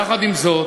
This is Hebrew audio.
יחד עם זאת,